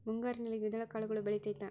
ಮುಂಗಾರಿನಲ್ಲಿ ದ್ವಿದಳ ಕಾಳುಗಳು ಬೆಳೆತೈತಾ?